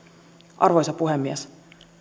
arvoisa puhemies